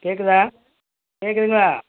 கேட்குதா கேட்குதுங்களா